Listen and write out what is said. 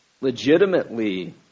legitimately